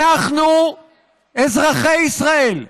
אנחנו אזרחי ישראל,